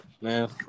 man